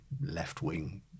left-wing